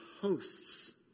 hosts